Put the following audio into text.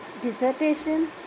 dissertation